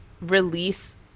release